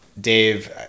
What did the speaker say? Dave